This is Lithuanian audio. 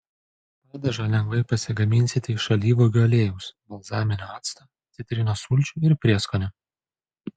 padažą lengvai pasigaminsite iš alyvuogių aliejaus balzaminio acto citrinos sulčių ir prieskonių